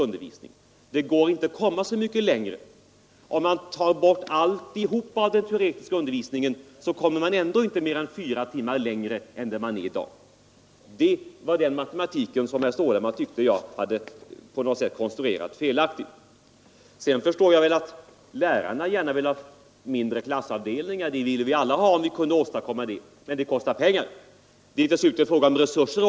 Och då går det inte att komma så mycket längre. Om vi tar bort all teoretisk undervisning kommer vi ändå inte mer än fyra timmar längre än där vi är i dag. Det var den matematiken som herr Stålhammar tyckte att jag hade konstruerat felaktigt på något sätt. Slutligen förstår jag att lärarna gärna vill ha mindre klassavdelningar. Det vill vi alla ha, om vi kan åstadkomma det. Men det kostar pengar, och här är det fråga om resurser.